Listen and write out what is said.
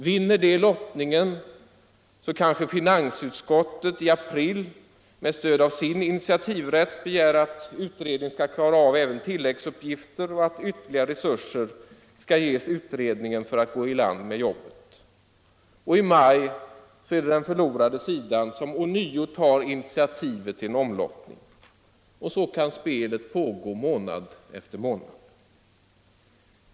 Vinner de lottningen kanske finansutskottet i april, med stöd av sin initiativrätt, begär att utredningen skall klara av även tillläggsuppgifterna och att ytterligare resurser skall ges utredningen för att den skall gå i land med jobbet. I maj är det den förlorande sidan som ånyo tar initiativet till en omlottning. Så kan spelet pågå månad efter månad.